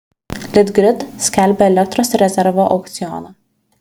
litgrid skelbia elektros rezervo aukcioną